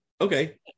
okay